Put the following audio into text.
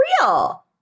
real